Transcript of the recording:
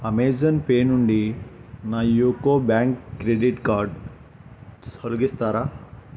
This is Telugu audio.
అమెజన్ పే నుండి నా యూకో బ్యాంక్ క్రెడిట్ కార్డ్ తొలగిస్తారా